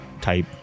type